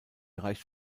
reicht